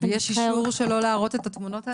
ויש אישור שלו להראות את התמונות האלה?